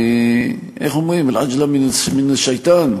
איך אומרים: (מערבית: הפזיזות מהשטן).